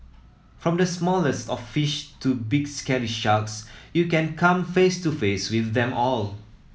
from the smallest of fish to big scary sharks you can come face to face with them all